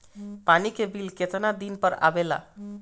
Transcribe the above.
पानी के बिल केतना दिन पर आबे ला?